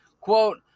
Quote